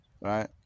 right